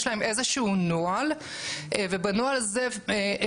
יש להם איזה שהוא נוהל ובנוהל הזה הם